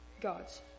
gods